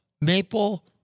maple